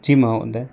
जी महोदय